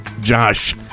josh